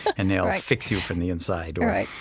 and they'll fix you from the inside right.